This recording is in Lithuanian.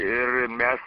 ir mes